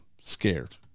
scared